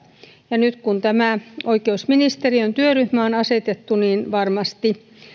ja nyt kun tämä oikeusministeriön työryhmä on asetettu niin varmasti